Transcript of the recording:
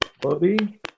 bobby